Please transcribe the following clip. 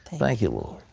thank you, lord.